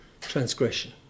transgression